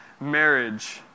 marriage